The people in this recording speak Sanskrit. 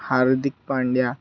हार्दिक् पाण्ड्या